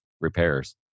repairs